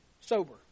Sober